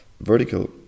vertical